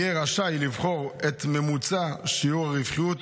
יהיה רשאי לבחור את ממוצע שיעור הרווחיות